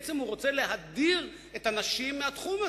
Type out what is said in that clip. בעצם הוא רוצה להדיר את הנשים מהתחום הזה.